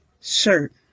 shirt